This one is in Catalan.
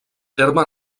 terme